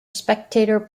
spectator